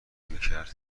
میکرد